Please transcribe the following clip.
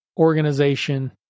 organization